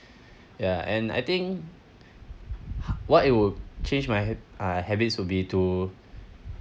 ya and I think what it will change my uh habits will to be to